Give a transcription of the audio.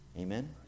Amen